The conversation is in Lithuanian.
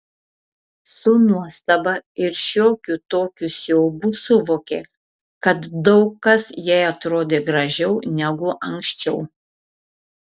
su nuostaba ir šiokiu tokiu siaubu suvokė kad daug kas jai atrodo gražiau negu anksčiau